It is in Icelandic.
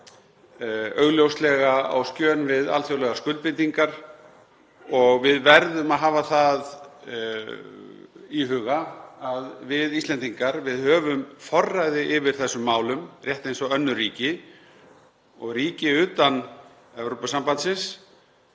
og við verðum að hafa það í huga að við Íslendingar höfum forræði yfir þessum málum rétt eins og önnur ríki. Ríki utan Evrópusambandsins,